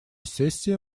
сессия